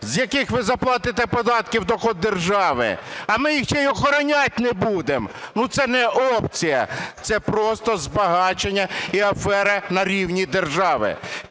з яких ви заплатите податки в дохід держави, а ми їх ще і охороняти не будемо. Це не опція, це просто збагачення і афера на рівні держави.